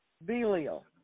Belial